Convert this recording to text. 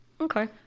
Okay